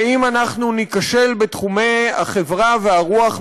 ואם אנחנו ניכשל בתחומי החברה והרוח,